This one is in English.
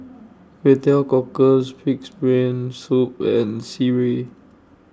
Kway Teow Cockles Pig'S Brain Soup and Sireh